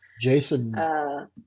Jason